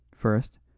first